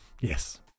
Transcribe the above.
Yes